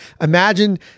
imagine